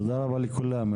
תודה רבה לכולם.